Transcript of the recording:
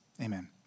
Amen